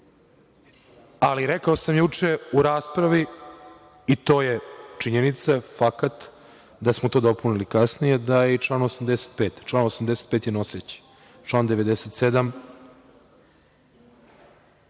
ali rekao sam juče u raspravi i to je činjenica, fakta da smo to dopunili kasnije, da je i član 85. a on je noseći, član 97.